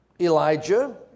Elijah